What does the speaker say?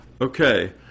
okay